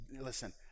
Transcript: listen